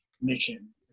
mission